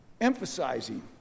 Emphasizing